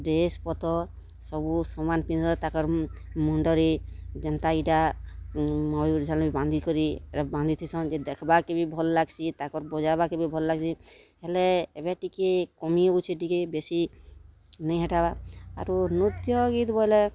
dress ପତର୍ ସବୁ ସମାନ ପିନ୍ଧତ୍ ତାଙ୍କର୍ ମୁଣ୍ଡରେ ଯେନ୍ତା ଏଟା ମୟୂର୍ ଝଲ୍ଲୀ ବାନ୍ଧିକରି ଏଇଟା ବାନ୍ଧି ଥିସନ୍ ଯେନ୍ ଦେଖ୍ବା କେ ବି ଭଲ୍ ଲାଗ୍ସି ତାଙ୍କର୍ ବଜାବା କେ ବି ଭଲ୍ ଲାଗ୍ସି ହେଲେ ଏବେ ଟିକେ କମି ହଉଚି ଟିକେ ବେଶୀ ନେଇ ହେଟାବା ଆରୁ ନୃତ୍ୟ ଗୀତ୍ ବୋଲେ